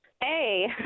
Hey